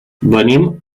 venim